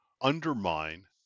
undermine